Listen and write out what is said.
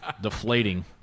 deflating